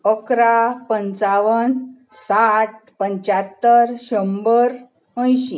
अकरा पंचावन साठ पंच्यात्तर शंबर अंयशीं